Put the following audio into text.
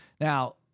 Now